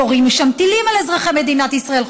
יורים משם טילים על אזרחי מדינת ישראל,